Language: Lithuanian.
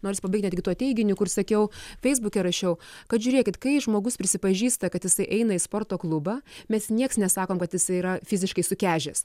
nors pabaigę netgi tuo teiginiu kur sakiau feisbuke rašiau kad žiūrėkit kai žmogus prisipažįsta kad jisai eina į sporto klubą mes nieks nesako kad jisai yra fiziškai sukežęs